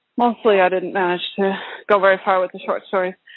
mostly i didn't manage to go very far with the short stories.